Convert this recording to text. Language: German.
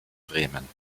bremen